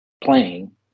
playing